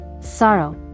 sorrow